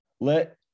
Let